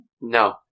No